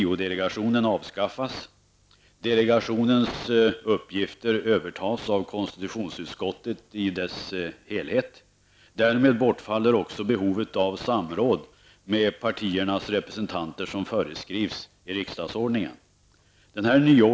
Delegationens uppgifter övertas av konstitutionsutskottet i dess helhet. Därmed bortfaller också behovet av samråd med partiernas representanter som föreskrivs i riksdagsordningen.